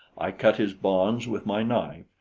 i cut his bonds with my knife.